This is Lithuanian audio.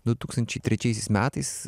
du tūkstančiai trečiaisiais metais